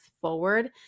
forward